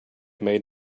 made